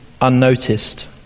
unnoticed